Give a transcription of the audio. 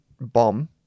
bomb